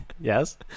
Yes